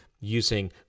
using